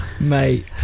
Mate